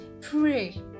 Pray